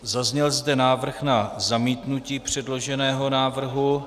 Zazněl zde návrh na zamítnutí předloženého návrhu.